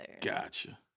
Gotcha